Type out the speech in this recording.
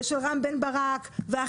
ושל רם בן ברק ואחרים.